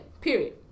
Period